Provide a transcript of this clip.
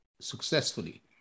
successfully